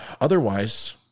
Otherwise